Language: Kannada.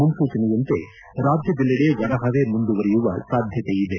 ಮುನ್ಲೂಚನೆಯಂತೆ ರಾಜ್ಯದೆಲ್ಲೆಡೆ ಒಣಹವೆ ಮುಂದುವರೆಯುವ ಸಾಧ್ಯತೆ ಇದೆ